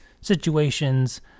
situations